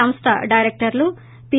సంస్థ డైరెక్టర్లు పి